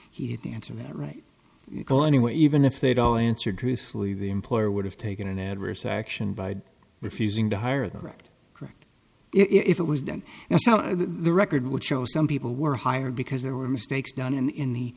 he had the answer that right you go anyway even if they'd all answered truthfully the employer would have taken an adverse action by refusing to hire the right correct if it was done and so the record would show some people were hired because there were mistakes done in the in the